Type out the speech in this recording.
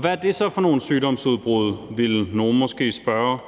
hvad er det så for nogle sygdomsudbrud, ville nogle måske spørge.